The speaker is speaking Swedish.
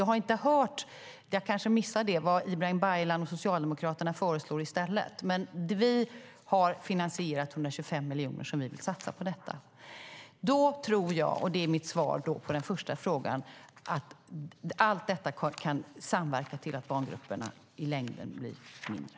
Jag har inte hört - jag kanske har missat det - vad Ibrahim Baylan och Socialdemokraterna föreslår i stället. Men vi har finansierat 125 miljoner som vi vill satsa på detta. Mitt svar på den första frågan är att jag tror att allt detta kan samverka till att barngrupperna i längden blir mindre.